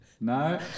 No